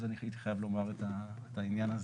אז אני הייתי חייב לומר את העניין הזה.